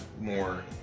more